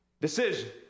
decision